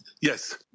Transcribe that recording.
Yes